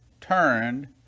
turned